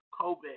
COVID